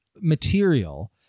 material